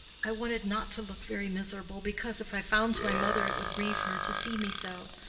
i wanted not to look very miserable, because if i found my mother it would grieve her to see me so.